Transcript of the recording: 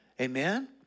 amen